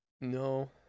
No